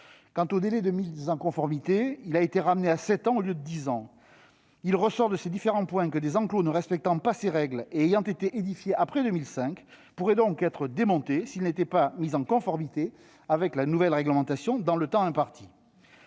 Quant au délai de mise en conformité, il a été ramené de dix ans à sept ans. Il ressort de ces différents points que des enclos ne respectant pas ces règles et ayant été édifiés après 2005 pourraient être démontés s'ils n'étaient pas mis en conformité avec la nouvelle législation dans le temps imparti.